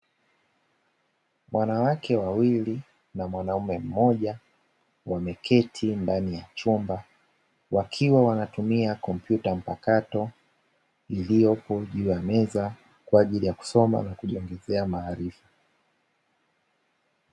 Wanawake wawili na mwanaume mmoja, wameketi ndani ya chumba. Wakiwa wanatumia kompyuta mpakato, iliyopo juu ya meza kwa ajili ya kusoma na kujiongezea maarifa.